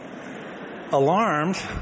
Alarmed